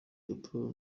kapoor